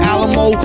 Alamo